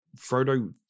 Frodo